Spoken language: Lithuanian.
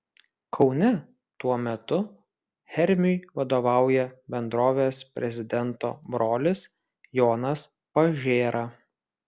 kaune tuo metu hermiui vadovauja bendrovės prezidento brolis jonas pažėra